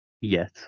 Yes